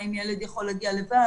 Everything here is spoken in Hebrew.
האם ילד יכול להגיע לבד,